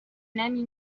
نمی